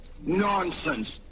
Nonsense